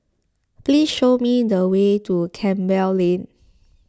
please show me the way to Campbell Lane